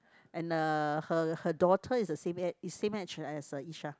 and uh her her daughter is the same age is same age as uh Yisha